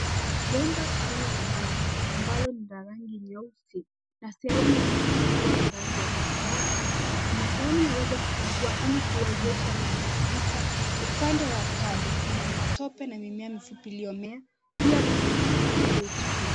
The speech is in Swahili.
Bomba kuu la maji ambalo ni la rangi nyeusi na sehemu nyingine kuwa na rangi ya samawati . Kuna sehemu yaweza kufungua ili kuwezesha maji kupita. Upande wa kando Kuna matope na mimea mifupi iliyomea , pia kunaknyasi iliyo chini.